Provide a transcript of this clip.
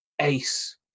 ace